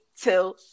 Till